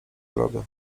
drogę